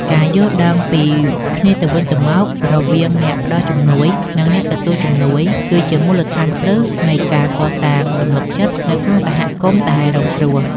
ការយល់ដឹងពីគ្នាទៅវិញទៅមករវាងអ្នកផ្តល់ជំនួយ និងអ្នកទទួលជំនួយ គឺជាមូលដ្ឋានគ្រឹះនៃការកសាងទំនុកចិត្តនៅក្នុងសហគមន៍ដែលរងគ្រោះ។